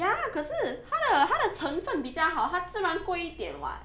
ya 可是它的它的成分比较好它自然贵一点 [what]